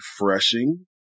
refreshing